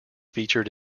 featured